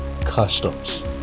Customs